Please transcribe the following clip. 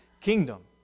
kingdom